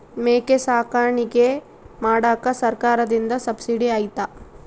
ಮೇಕೆ ಸಾಕಾಣಿಕೆ ಮಾಡಾಕ ಸರ್ಕಾರದಿಂದ ಸಬ್ಸಿಡಿ ಐತಾ?